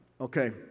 Okay